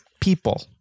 people